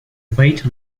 weight